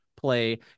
play